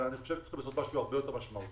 אבל אני חושב שצריך לעשות משהו הרבה יותר משמעותי.